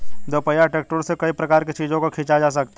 दोपहिया ट्रैक्टरों से कई प्रकार के चीजों को खींचा जा सकता है